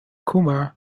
kumar